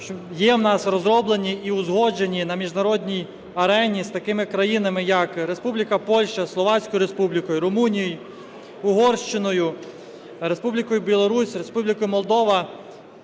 є в нас розроблені і узгоджені на міжнародній арені з такими країнами як Республіка Польща, Словацькою Республікою, Румунією, Угорщиною, Республікою Білорусь, Республікою Молдова